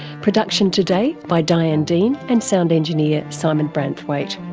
production today by diane dean and sound engineer simon branthwaite.